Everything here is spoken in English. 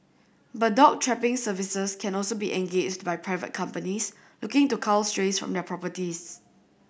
but dog trapping services can also be engaged by private companies looking to cull strays from their properties